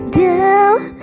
down